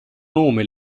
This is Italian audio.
nome